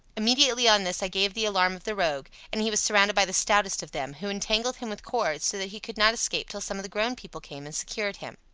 immediately on this i gave the alarm of the rogue, and he was surrounded by the stoutest of them, who entangled him with cords, so that he could not escape till some of the grown people came and secured him.